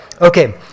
Okay